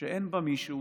שאין בה מישהו